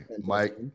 Mike